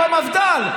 עם המפד"ל,